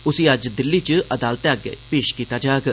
उसी अज्ज दिल्ली च अदालतै अग्गे पेश कीता जाग